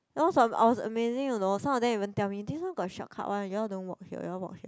I was amazing you know some of them even tell me this one got shortcut one you all don't walk here you all walk here